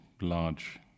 large